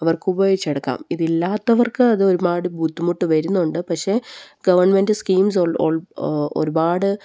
അവർക്ക് ഉപയോഗിക്കാം ഇതില്ലാത്തവർക്ക് അത് ഒരുപാട് ബുദ്ധിമുട്ട് വരുന്നുണ്ട് പക്ഷേ ഗവൺമെൻറ് സ്കീംസ് ഒരുപാട്